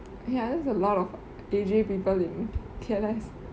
ya there's a lot of A_J people in T_L_S